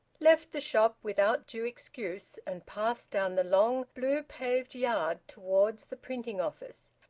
left the shop without due excuse and passed down the long blue-paved yard towards the printing office.